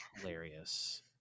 hilarious